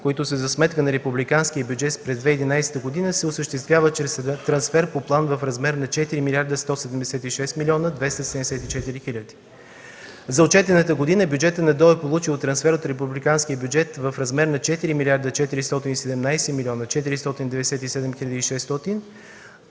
които са за сметка на републиканския бюджет през 2011 г., се осъществява чрез трансфер по план в размер на 4 млрд. 176 млн. и 274 хил. лева. За отчетената година бюджетът на ДОО е получил трансфер от републиканския бюджет в размер на 4 млрд. 417 млн. 497 хил. и 600 лева,